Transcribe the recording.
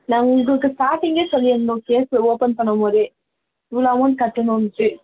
நான் உங்களுக்கு ஸ்டார்ட்டிங்கே சொல்லியிருந்தோம் கேஸ்ஸு ஓப்பன் பண்ணும்போதே இவ்வளோ அமௌண்ட் கட்டணுன்ட்டு